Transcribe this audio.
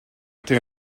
été